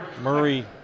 Murray